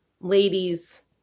ladies